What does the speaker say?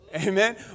Amen